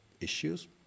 issues